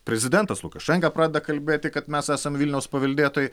prezidentas lukašenka pradeda kalbėti kad mes esam vilniaus paveldėtojai